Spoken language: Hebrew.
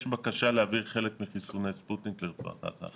יש בקשה להעביר חלק מחיסוני ספוטניק לרצועת עזה.